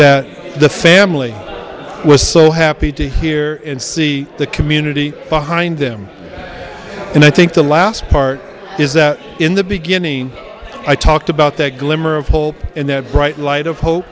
that the family was so happy to hear and see the community behind them and i think the last part is that in the beginning i talked about that glimmer of hope in the bright light of hope